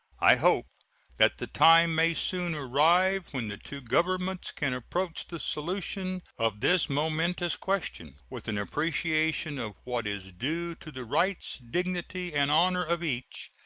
i hope that the time may soon arrive when the two governments can approach the solution of this momentous question with an appreciation of what is due to the rights, dignity, and honor of each,